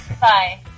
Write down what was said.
bye